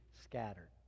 scattered